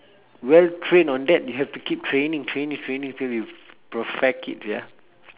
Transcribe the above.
well trained on that you have to keep training training training till you've perfect it ya